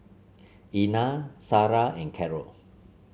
Ina Sara and Carol